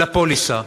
לפוליסה.